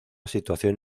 situación